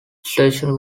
station